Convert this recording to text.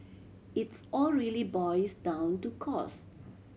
it's all really boils down to cost